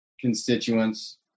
constituents